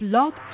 Blog